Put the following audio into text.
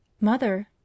Mother